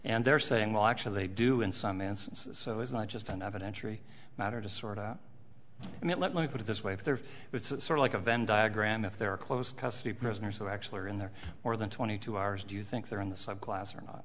and they're saying well actually they do in sundance so it's not just an evidentiary matter to sort out it let me put it this way if there was sort of like a venn diagram if there are close custody prisoners who actually are in there more than twenty two hours do you think they're in the subclass